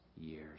years